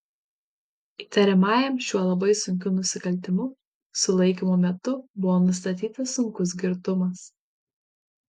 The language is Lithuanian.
įtariamajam šiuo labai sunkiu nusikaltimu sulaikymo metu buvo nustatytas sunkus girtumas